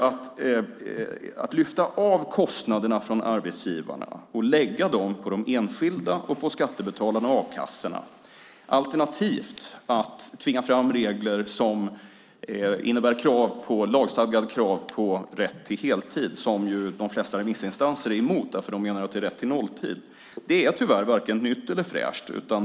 Att lyfta av kostnaderna från arbetsgivarna och lägga dem på de enskilda och på skattebetalarna och a-kassorna, alternativt att tvinga fram regler som innebär lagstadgade krav på rätt till heltid, som de flesta remissinstanser ju är emot eftersom de menar att det innebär rätt till nolltid, är tyvärr varken nytt eller fräscht.